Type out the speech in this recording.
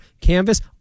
canvas